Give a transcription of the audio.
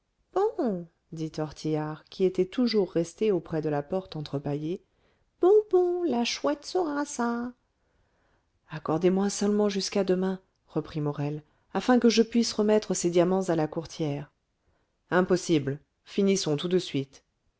dit tortillard qui était toujours resté auprès de la porte entrebâillée bon bon la chouette saura ça accordez-moi seulement jusqu'à demain reprit morel afin que je puisse remettre ces diamants à la courtière impossible finissons tout de suite